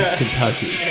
kentucky